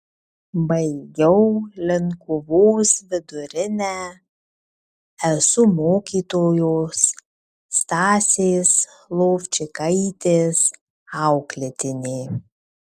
baigiau linkuvos vidurinę esu mokytojos stasės lovčikaitės auklėtinė